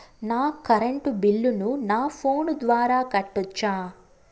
నా కరెంటు బిల్లును నా ఫోను ద్వారా కట్టొచ్చా?